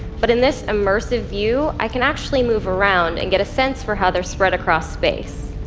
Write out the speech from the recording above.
but in this immersive view i can actually move around and get a sense for how they're spread across space.